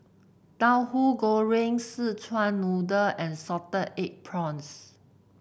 Tauhu Goreng Szechuan Noodle and Salted Egg Prawns